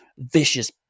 vicious